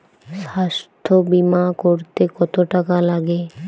স্বাস্থ্যবীমা করতে কত টাকা লাগে?